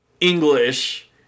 English